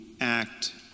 act